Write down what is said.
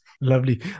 Lovely